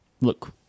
look